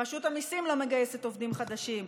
רשות המיסים לא מגייסת עובדים חדשים,